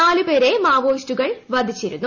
നാലുപേരെ മാവോയിസ്റ്റുകൾ വധിച്ചിരുന്നു